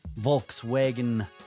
Volkswagen